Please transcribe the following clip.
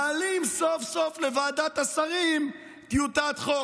מעלים סוף-סוף לוועדת השרים טיוטת חוק.